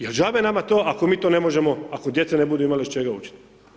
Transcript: Jer džabe nama to ako mi to ne možemo, ako djeca ne budu imala iz čega učiti.